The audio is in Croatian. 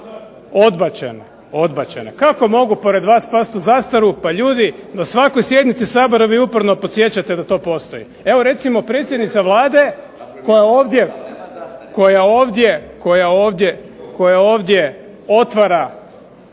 odbačene. Kako mogu pored vas past u zastaru. Pa ljudi, na svakoj sjednici Sabora vi uporno podsjećate da to postoji. Evo recimo predsjednica Vlade koja ovdje otvara